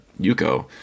Yuko